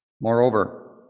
Moreover